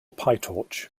pytorch